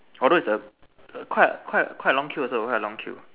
although is a quite a quite a quite a long queue also quite a long queue